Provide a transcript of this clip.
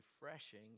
refreshing